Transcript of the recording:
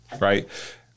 right